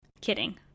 Kidding